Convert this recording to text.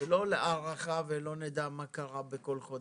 לא הארכה ולא נדע מה קרה בכל חודש.